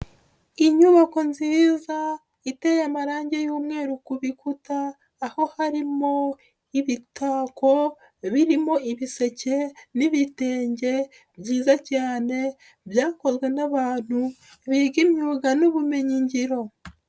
Inyubako nziza iteye amarangi y'umweru ku bikuta aho harimo ibitako birimo ibiseke n'ibitenge byiza cyane byakozwe n'abantu biga imyuga n'ubumenyingiro.